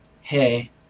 hey